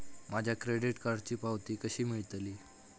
माझ्या क्रेडीट कार्डची पावती कशी मिळतली?